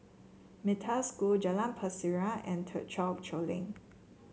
Metta School Jalan Pasiran and Thekchen Choling